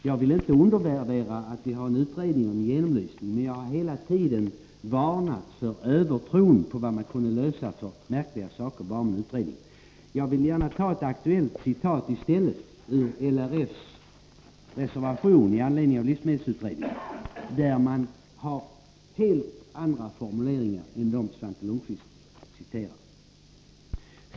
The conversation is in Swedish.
Jag vill inte undervärdera betydelsen av en utredning och en genomlysning, men jag har hela tiden varnat för övertron på vad en utredning kan åstadkomma för märkliga saker.